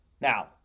Now